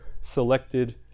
selected